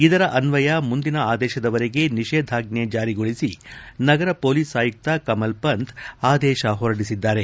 ಇದರ ಅನ್ನಯ ಮುಂದಿನ ಆದೇಶದವರೆಗೆ ನಿಷೇಧಾಜ್ಞೆ ಜಾರಿಗೊಳಿಸಿ ನಗರ ಪೊಲೀಸ್ ಆಯುಕ್ತ ಕಮಲ್ ಪಂತ್ ಆದೇಶ ಹೊರಡಿಸಿದ್ದಾರೆ